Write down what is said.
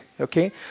okay